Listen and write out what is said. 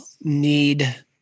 need